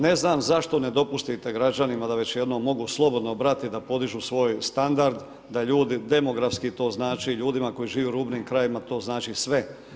Ne znam zašto ne dopustite građanima da već jednom mogu slobodno brati, da podižu svoj standard, da ljudi, demografski to znači ljudima koji žive u rubnim krajevima to znači sve.